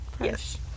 yes